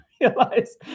realize